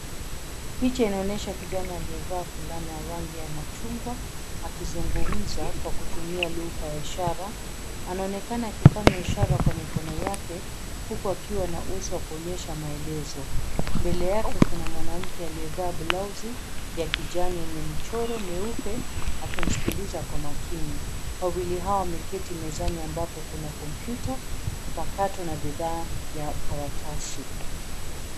Picha inaonyesha kijana aliyevaa fulana ya rangi ya machungwa akizungumza kwa kutumia lugha ya ishara. Anaonekana akifanya ishara kwa mikono yake huku akiwa na uso wa kuonyesha maelezo. Mbele yake kuna mwanamke aliyevaa blauzi ya kijani yenye michoro meupe akimsikiliza kwa makini. Wawili hawa wameketi mezani ambapo kuna kompyuta mpakato na bidhaa ya karatasi.